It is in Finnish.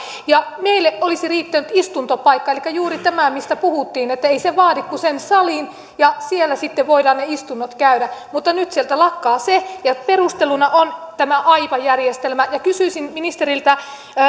meille olisi riittänyt istuntopaikka elikkä juuri tämä mistä puhuttiin että ei se vaadi kuin sen salin ja siellä sitten voidaan ne istunnot käydä mutta nyt se lakkaa sieltä ja perusteluna on tämä aipa järjestelmä kysyisin ministeriltä